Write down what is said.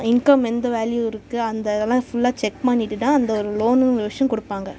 income எந்த value இருக்குது அந்த இதெல்லாம் ஃபுல்லாக செக் பண்ணிவிட்டுதான் அந்த லோனு கொடுப்பாங்க